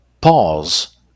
pause